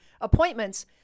appointments